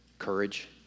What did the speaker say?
courage